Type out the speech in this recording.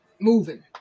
moving